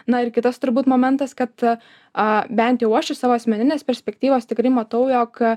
na ir kitas turbūt momentas kad a bent jau aš iš savo asmeninės perspektyvos tikrai matau jog